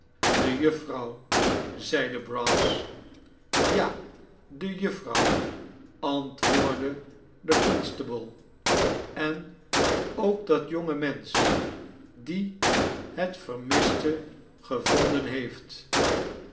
de jufvrouw zeide brass ja de jufvrouw antwoordde de constable en ook dat jonge mensch die het vermiste gevonden heeft